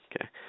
okay